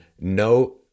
no